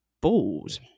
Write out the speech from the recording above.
balls